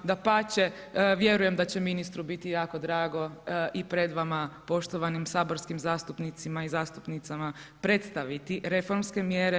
Dapače, vjerujem da će ministru biti jako drago i pred vama poštovanim saborskim zastupnicima i zastupnicama predstaviti reformske mjere.